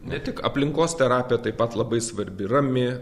ne tik aplinkos terapija taip pat labai svarbi rami